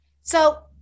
So-